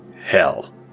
hell